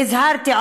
והזהרתי,